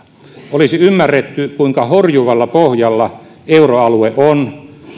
olisi ymmärretty kuinka horjuvalla pohjalla euroalue on